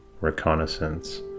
reconnaissance